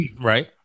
right